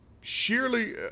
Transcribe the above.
Sheerly